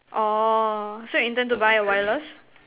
orh so you intend to buy a wireless